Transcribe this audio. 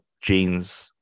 jeans